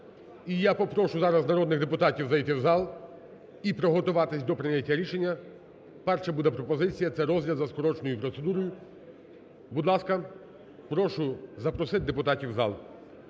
я попрошу зараз народних депутатів зайти в зал і приготуватись до прийняття рішення. Перша буде пропозиція, це розгляд за скороченою процедурою. Будь ласка, прошу запросити депутатів в зал.